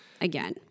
again